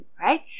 right